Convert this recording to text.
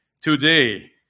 today